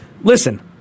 Listen